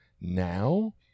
now